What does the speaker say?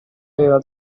aveva